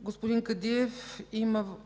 Господин Кадиев има